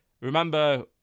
Remember